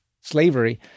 slavery